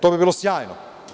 To bi bilo sjajno.